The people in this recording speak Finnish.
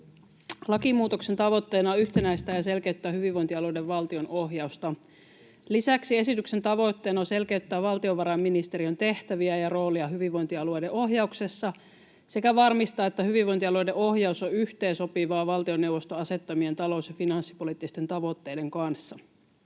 Lakimuutoksen tavoitteena on yhtenäistää ja selkeyttää hyvinvointialueiden valtionohjausta. Lisäksi esityksen tavoitteena on selkeyttää valtiovarainministeriön tehtäviä ja roolia hyvinvointialueiden ohjauksessa sekä varmistaa, että hyvinvointialueiden ohjaus on yhteensopivaa valtioneuvoston asettamien talous- ja finanssipoliittisten tavoitteiden kanssa.